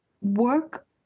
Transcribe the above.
work